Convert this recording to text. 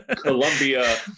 colombia